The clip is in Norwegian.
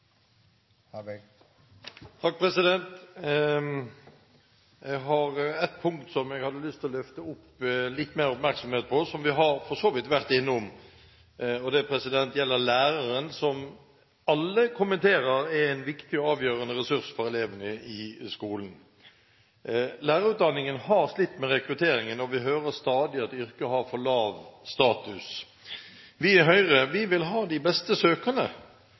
Jeg har ett punkt som jeg har lyst til å løfte opp, gi litt mer oppmerksomhet, og som vi for så vidt har vært innom. Det gjelder læreren, som alle kommenterer er en viktig og avgjørende ressurs for elevene i skolen. Lærerutdanningen har slitt med rekrutteringen, og vi hører stadig at yrket har for lav status. Vi i Høyre vil ha de beste